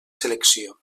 selecció